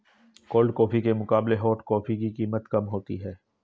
cold coffee के मुकाबले hot coffee की कीमत कम होती है